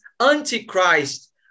antichrist